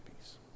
peace